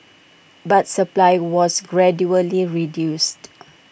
but supply was gradually reduced